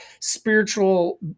spiritual